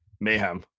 mayhem